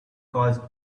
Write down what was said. caused